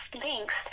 thanks